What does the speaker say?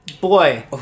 Boy